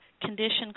condition